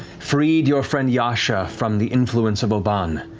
freed your friend yasha from the influence of obann,